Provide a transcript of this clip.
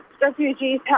refugees